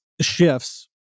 shifts